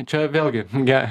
čia vėlgi ge